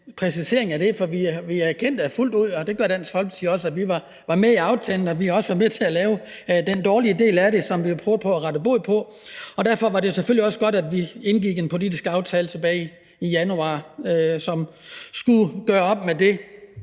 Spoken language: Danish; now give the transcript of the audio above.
præcisering af det. Vi erkendte fuldt ud, og det gælder også Dansk Folkeparti, at vi var med i aftalen, og vi var også med til at lave den dårlige del af den, som vi nu prøver at råde bod på. Derfor var det selvfølgelig også godt, at vi indgik en politisk aftale tilbage i januar, som skulle rette op på det.